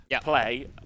play